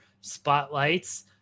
spotlights